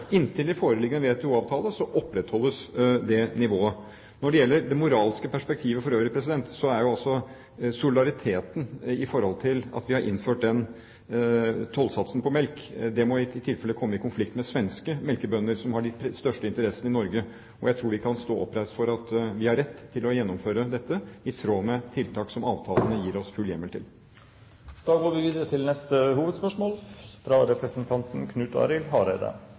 opprettholdes det nivået. Når det gjelder det moralske perspektivet for øvrig, har vi jo altså solidariteten i forhold til at vi har innført den tollsatsen på melk – det må i tilfelle komme i konflikt med svenske melkebønder, som har de største interessene i Norge. Jeg tror vi kan stå oppreist for at vi har rett til å gjennomføre dette, i tråd med tiltak som avtalene gir oss full hjemmel til. Vi går videre til neste hovedspørsmål.